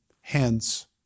hence